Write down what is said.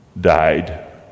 died